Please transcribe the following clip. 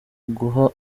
uguha